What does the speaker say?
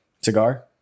Cigar